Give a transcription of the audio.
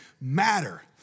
matter